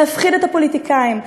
להפחיד את הפוליטיקאים,